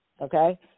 Okay